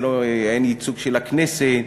אין ייצוג של הכנסת,